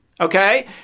Okay